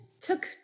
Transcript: took